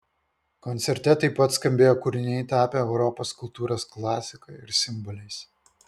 koncerte taip pat skambėjo kūriniai tapę europos kultūros klasika ir simboliais